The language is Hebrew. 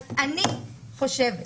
אז אני חושבת